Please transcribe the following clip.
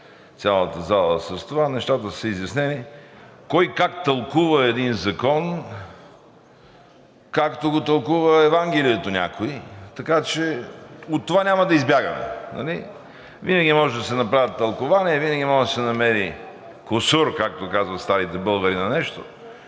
цялата зала с това. Нещата са изяснени. Кой как тълкува един закон, както го тълкува Евангелието някой, така че от това няма да избягаме. Винаги може да се направят тълкувания, винаги може да се намери кусур, както казват старите българи, на нещо.